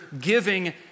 giving